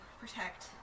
protect